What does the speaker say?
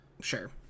Sure